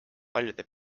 paljude